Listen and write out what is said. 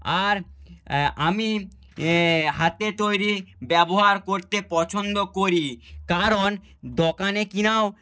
আর আমি হাতে তৈরি ব্যবহার করতে পছন্দ করি কারণ দোকানে কেনাও